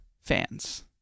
fans